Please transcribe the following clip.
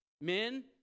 Men